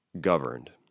governed